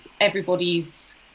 everybody's